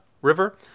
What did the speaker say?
river